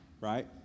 right